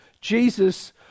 Jesus